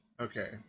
Okay